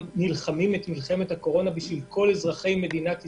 נלחמים את מלחמת הקורונה עבור כל אזרחי מדינת ישראל.